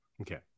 Okay